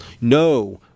No